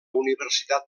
universitat